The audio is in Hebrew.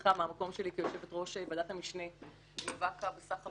שמחה מהמקום שלי כיושבת-ראש ועדת המשנה למאבק בסחר